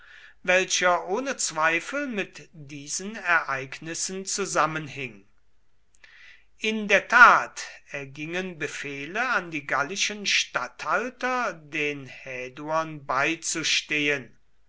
welcher ohne zweifel mit diesen ereignissen zusammenhing in der tat ergingen befehle an die gallischen statthalter den häduern beizustehen